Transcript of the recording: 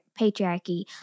patriarchy